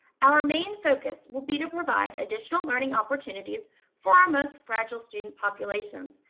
our main focus will be to provide additional learning opportunities for our most fragile student populations,